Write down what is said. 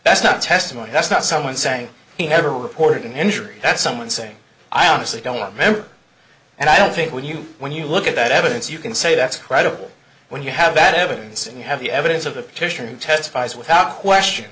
that's not testimony that's not someone saying he never reported an injury that someone saying i honestly don't remember and i don't think when you when you look at that evidence you can say that's credible when you have that evidence and you have the evidence of the petitioner who testifies without question